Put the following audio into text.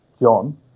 John